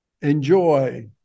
enjoy